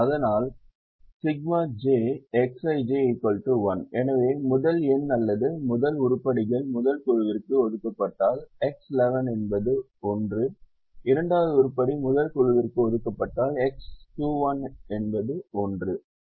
அதனால் ∑ j Xij1 எனவே முதல் எண் அல்லது முதல் உருப்படிகள் முதல் குழுவிற்கு ஒதுக்கப்பட்டால் X11 என்பது 1 இரண்டாவது உருப்படி முதல் குழுவிற்கு ஒதுக்கப்பட்டால் X21 1 மற்றும் இதுபோல் பல